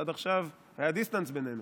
עד עכשיו היה דיסטנס ביננו.